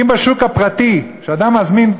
אם בשוק הפרטי, כשאדם מזמין שיפוצניק,